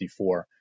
54